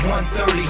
130